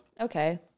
Okay